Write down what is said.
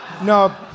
No